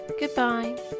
Goodbye